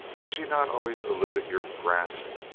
has she not always eluded your grasp,